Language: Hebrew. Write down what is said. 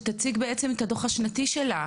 היא תציג בעצם את הדוח השנתי שלה,